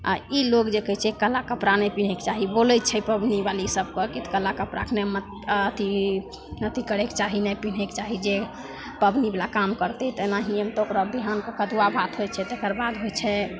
आओर ई लोक जे कहै छै काला कपड़ा नहि पेन्हैके चाही बोलै छै पबनीवाली सभके काला कपड़ाके नहि मत अथी अथी करैके चाही नहि पिन्हैके चाही जे पबनीवाला काम करतै तऽ एनाहिए बिहानके ओकरा कदुआ भात होइ छै तकर बाद होइ छै